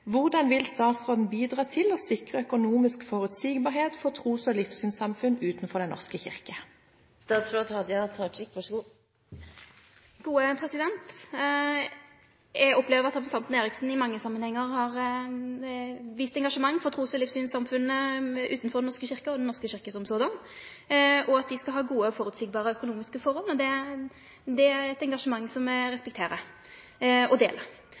Hvordan vil statsråden bidra til å sikre økonomisk forutsigbarhet for tros- og livssynssamfunn utenfor Den norske kirke?» Eg opplever at representanten Eriksen i mange samanhengar har vist engasjement for trus- og livssynssamfunna utanfor Den norska kyrkja og i Den norske kyrkja, og at dei skal ha gode og føreseielege økonomiske forhold. Det er eit engasjement som eg respekterer og deler.